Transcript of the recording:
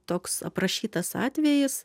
toks aprašytas atvejis